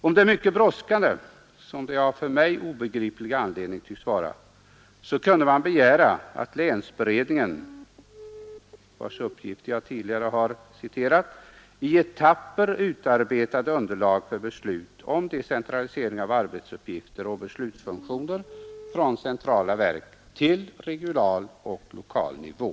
Om det är mycket brådskande, som det av för mig obegripliga anledningar tycks vara, kunde man begära att länsberedningen — vars uppgifter jag tidigare har citerat — i etapper utarbetade underlag för beslut om decentralisering av arbetsuppgifter och beslutsfunktioner från centrala verk till regional och lokal nivå.